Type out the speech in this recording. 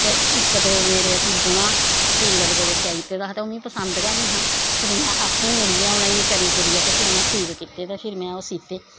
ते इक दो मेरे सूट उनां टेल्लर कोला दा स्याई दित्ता दा हा ते ओह् मिगी पसंद गै नी हां फिर में अप्पूं उनेंगी करी कुरियै ते उनेंगी ठीक कीते ते फिर में ओह् ठीक कीते